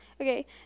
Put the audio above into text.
Okay